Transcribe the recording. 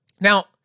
Now